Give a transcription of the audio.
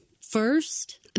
first